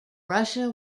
russia